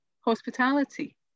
hospitality